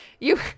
You-